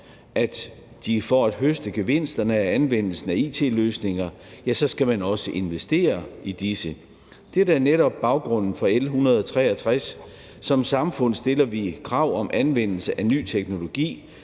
at de for at høste gevinsterne af anvendelsen af it-løsninger også skal investere i disse. Dette er netop baggrunden for L 163. Som samfund stiller vi krav om anvendelse af ny teknologi,